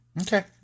okay